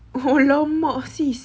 !alamak! sis